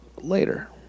later